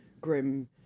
grim